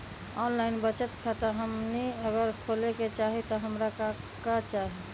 Online बचत खाता हमनी अगर खोले के चाहि त हमरा का का चाहि?